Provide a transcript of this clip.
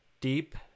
Deep